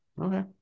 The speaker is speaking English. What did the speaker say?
okay